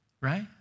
Right